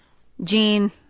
gene,